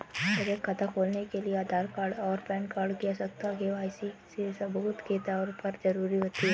बचत खाता खोलने के लिए आधार कार्ड और पैन कार्ड की आवश्यकता के.वाई.सी के सबूत के तौर पर ज़रूरी होती है